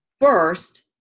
first